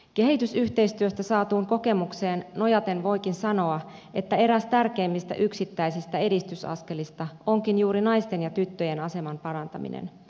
kehitysyhteistyöstä saatuun kokemukseen nojaten voikin sanoa että eräs tärkeimmistä yksittäisistä edistysaskelista onkin juuri naisten ja tyttöjen aseman parantaminen